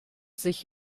sich